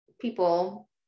people